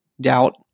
doubt